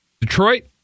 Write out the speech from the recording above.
Detroit